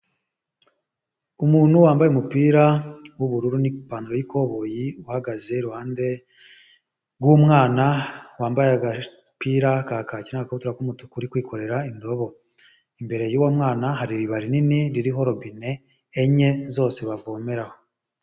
Umuntu wambaye umupira w'ubururu n'ipanantaro y'ikoboyi uhagaze iruhande rw'umwana wambaye agapira n'agakabutura k'umutuku uri kwikorera indobo, imbere y'uwo mwana hari iriba rinini ririho rubine enye zose bavomeraho.